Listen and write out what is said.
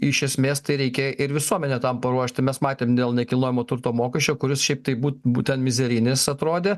iš esmės tai reikia ir visuomenę tam paruošti mes matėm dėl nekilnojamo turto mokesčio kuris šiaip taip būt būtent mizerinis atrodė